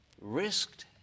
risked